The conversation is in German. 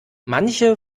manche